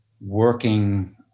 working